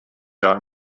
jahr